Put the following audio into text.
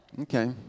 Okay